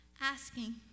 asking